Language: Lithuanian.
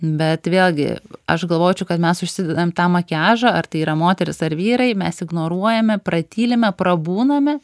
bet vėlgi aš galvočiau kad mes užsidedam tą makiažą ar tai yra moterys ar vyrai mes ignoruojame pratylime prabūname